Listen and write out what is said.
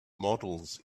models